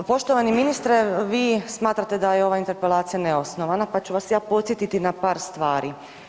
Pa poštovani ministre vi smatrate da je ova interpelacija neosnovana pa ću vas ja podsjetiti na par stvari.